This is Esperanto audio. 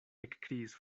ekkriis